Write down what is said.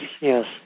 yes